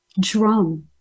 drum